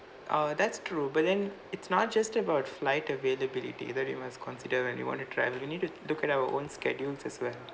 err that's true but then it's not just about flight availability that you must consider when you want to travel you need to look at our own schedules as well